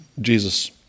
Jesus